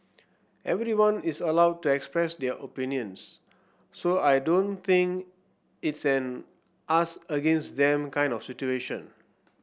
everyone is allowed to express their opinions so I don't think it's an us against them kind of situation